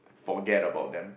forget about them